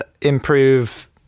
improve